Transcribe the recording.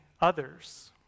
others